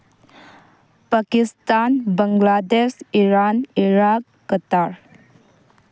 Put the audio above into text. Pakistan Bangladesh Iran Iraq Qatar